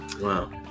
Wow